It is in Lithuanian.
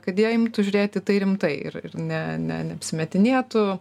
kad jie imtų žiūrėti į tai rimtai ir ne ne neapsimetinėtų